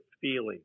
feeling